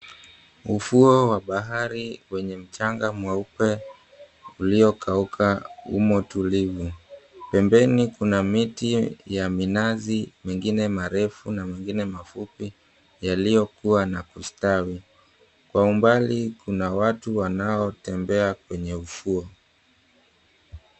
Ufuo wa bahari wenye mchanga mweupe uliokauka umo tulivu. Pembeni kuna miti ya minazi mingine marefu na mingine mafupi yaliokua na kustawi. Kwa umbali kuna watu wanaotembea kwenye ufuo.